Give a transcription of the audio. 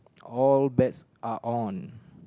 all bets are on